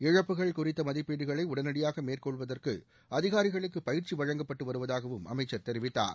இழப்புகள் குறித்த மதிப்பீடுகளை உடனடியாக மேற்கொள்வதற்கு அதிகாரிகளுக்கு பயிற்சி வழங்கப்பட்டு வருவதாகவும் அமைச்சர் தெரிவித்தார்